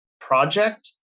project